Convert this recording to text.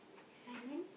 assignment